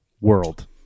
world